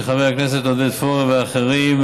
של חבר הכנסת עודד פורר ואחרים,